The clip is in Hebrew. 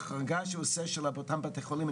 ההחרגה שהוא עושה לאותם בתי חולים,